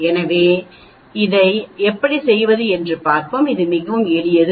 எனவே இதை எப்படி செய்வது என்று பார்ப்போம் இது மிகவும் எளிது